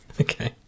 Okay